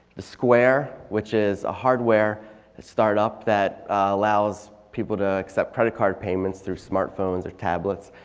the square which is a hardware startup that allows people to accept credit card payments through smartphones or tablets.